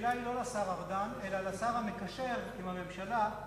השאלה היא לא לשר ארדן, אלא לשר המקשר עם הממשלה.